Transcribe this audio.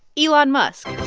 elon musk.